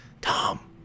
Tom